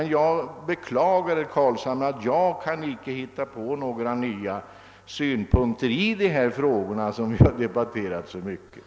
Jag beklagar bara att jag inte kan hitta på några nya argument i dessa frågor, som vi har debatterat så mycket.